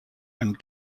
and